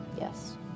Yes